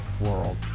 world